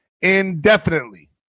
indefinitely